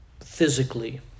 physically